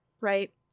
Right